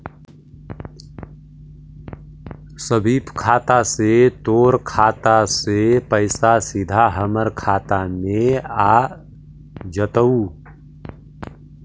स्वीप खाता से तोर खाता से पइसा सीधा हमर खाता में आ जतउ